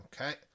Okay